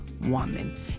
woman